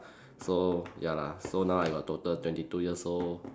so ya lah so now I got total twenty two years old